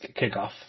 kickoff